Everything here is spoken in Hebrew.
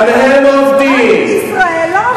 רק בישראל לא עובדים.